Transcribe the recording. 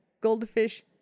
goldfish